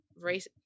race